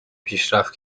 پیشرفت